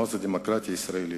מעוז הדמוקרטיה הישראלית,